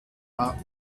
war